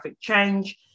change